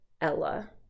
Ella